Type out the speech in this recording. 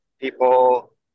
people